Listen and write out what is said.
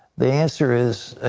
the answer is,